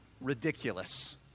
ridiculous